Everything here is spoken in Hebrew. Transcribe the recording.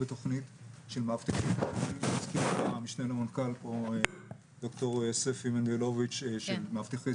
אני מדברת גם על בתי חולים וגם על קופות